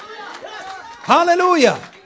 hallelujah